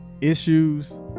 issues